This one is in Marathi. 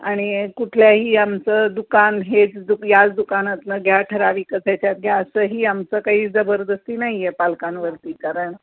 आणि कुठल्याही आमचं दुकान हेच दु याच दुकानातनं घ्या ठरावीकच ह्याच्यात घ्या असंही आमचं काही जबरदस्ती नाही आहे पालकांवरती कारण